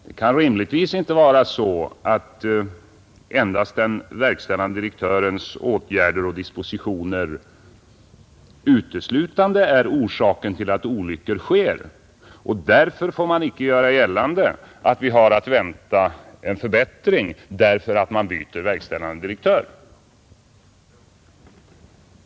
Det kan rimligtvis inte vara så att den verkställande direktörens åtgärder och dispositioner uteslutande är orsaken till att olyckor sker, och därför får man icke göra gällande att vi har att vänta en förbättring bara därför att man byter verkställande direktör.